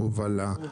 הובלה,